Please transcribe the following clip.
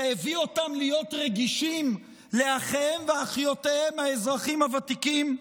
זה הביא אותם להיות רגישים לאחיהם ואחיותיהם האזרחים הוותיקים?